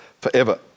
forever